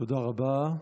תודה רבה.